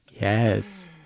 Yes